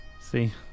See